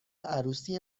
عروسی